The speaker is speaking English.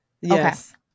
Yes